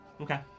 Okay